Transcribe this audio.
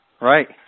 Right